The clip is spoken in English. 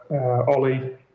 Ollie